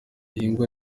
ibihingwa